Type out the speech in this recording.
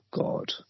god